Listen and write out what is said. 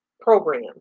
program